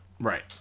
Right